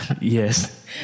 yes